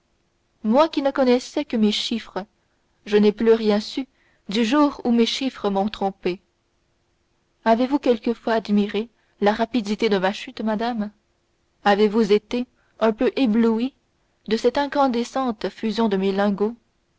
moi qui ne connaissais que mes chiffres je n'ai plus rien su du jour où mes chiffres m'ont trompé avez-vous quelquefois admiré la rapidité de ma chute madame avez-vous été un peu éblouie de cette incandescente fusion de mes lingots